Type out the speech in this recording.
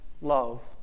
love